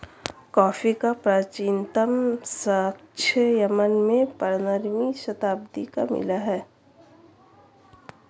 coffee का प्राचीनतम साक्ष्य यमन में पंद्रहवी शताब्दी का मिला है